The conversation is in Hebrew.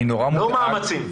לא מאמצים.